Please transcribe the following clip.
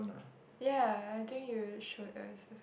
ya I think you should also